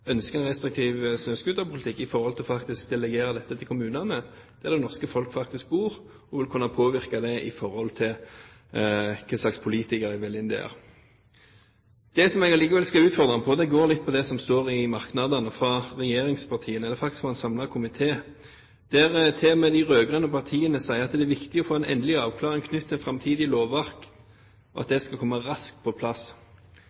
en restriktiv snøscooterpolitikk, ved å delegere dette til kommunene der det norske folk bor og kan påvirke ved valg hva slags politikere de velger inn. Det som jeg likevel skal utfordre ham på, går litt på det som står i merknadene fra en samlet komité, der til og med de rød-grønne partiene sier at det er viktig å få en endelig avklaring knyttet til framtidig lovverk, og at